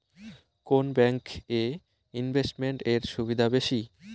কোন ব্যাংক এ ইনভেস্টমেন্ট এর সুবিধা বেশি?